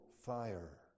fire